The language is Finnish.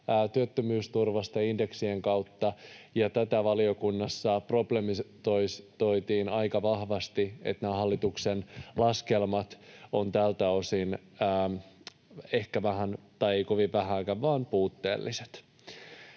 työttömyysturvasta indeksien kautta. Tätä valiokunnassa problematisoitiin aika vahvasti, että nämä hallituksen laskelmat ovat tältä osin ehkä